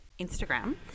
Instagram